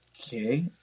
okay